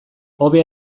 hobe